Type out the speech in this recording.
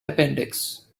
appendix